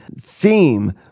theme